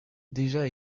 deja